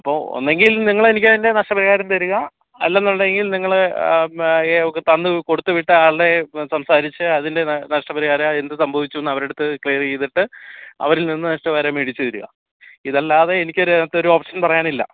അപ്പോൾ ഒന്നുങ്കിൽ നിങ്ങൾ എനിക്ക് അതിൻ്റെ നഷ്ടപരിഹാരം തരിക അല്ല എന്നുണ്ടെങ്കിൽ നിങ്ങൾ ആ തന്ന് കൊടുത്ത് വിട്ട ആളുടെ സംസാരിച്ച് അതിൻ്റെ നഷ്ടപരിഹാരം എന്ത് സംഭവിച്ചു എന്ന് അവരെ അടുത്ത് ക്ലിയർ ചെയ്തിട്ട് അവരിൽനിന്ന് നഷ്ടഹാരം മേടിച്ച് തരിക ഇത് അല്ലാതെ എനിക്ക് ഒരു അതിനകത്ത് ഒരു ഓപ്ഷൻ പറയാനില്ല